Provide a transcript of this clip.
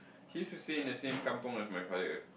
he used to stay in the same kampung as my father